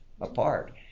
apart